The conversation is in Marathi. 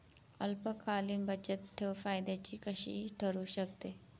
अल्पकालीन बचतठेव फायद्याची कशी ठरु शकते?